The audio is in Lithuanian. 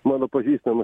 mano pažįstamas